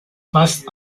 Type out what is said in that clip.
fast